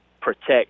protect